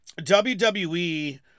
WWE